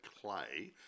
clay